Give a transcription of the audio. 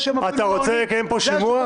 חבר הכנסת טופורובסקי, אתה רוצה לקיים פה שימוע?